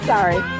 Sorry